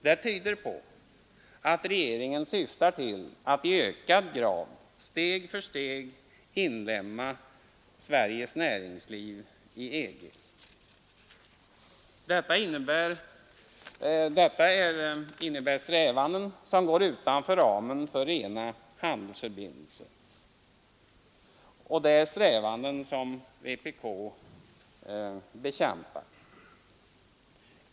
Det tyder på att regeringen syftar till att i ökad grad steg för steg inlemma Sveriges näringsliv i EG:s. Detta innebär strävanden som går utanför ramen för rena handelsförbindelser, och det är strävanden som vpk bekämpar.